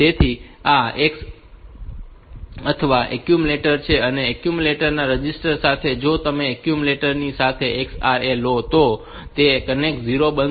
તેથી આ x અથવા એક્યુમ્યુલેટર છે અને એક્યુમ્યુલેટર રજિસ્ટર સાથે જો તમે એક્યુમ્યુલેટર ની સાથે XRA લો તો તેનો કન્ટેન્ટ 0 બનશે